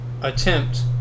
attempt